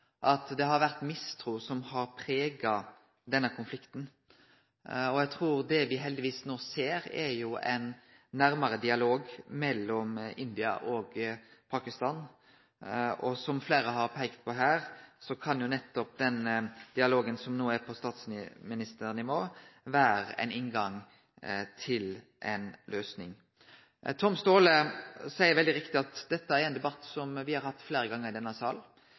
at det har vore mistru som har prega denne konflikten, og eg trur det me heldigvis no ser, er ein nærare dialog mellom India og Pakistan. Som fleire har peikt på her, kan nettopp den dialogen som no er på statsministernivå, vere ein inngang til ei løysing. Tom Staahle seier veldig riktig at dette er ein debatt me har hatt fleire gonger i denne